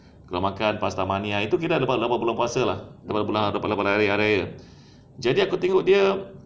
keluar makan pastamania itu kira bila bulan puasa lah jadi aku tengok dia